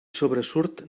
sobresurt